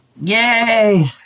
Yay